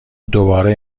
دوباره